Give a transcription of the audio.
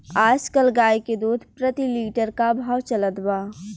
आज कल गाय के दूध प्रति लीटर का भाव चलत बा?